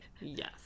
Yes